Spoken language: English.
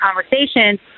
conversations